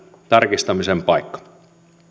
tarkistamisen paikka